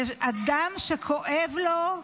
אדם שכואב לו,